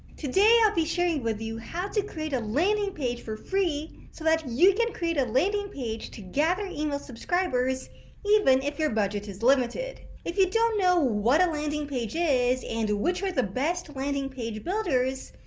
i'll be sharing with you how to create a landing page for free, so that you can create a landing page to gather email subscribers even if your budget is limited. if you don't know what a landing page is and which are the best landing page builders